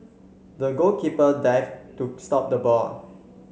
the goalkeeper dived to stop the ball